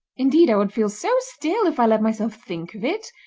indeed i would feel so still if i let myself think of it.